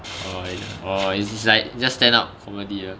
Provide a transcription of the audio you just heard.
orh is like just stand up comedy lah